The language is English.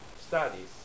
studies